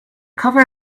cover